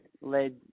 led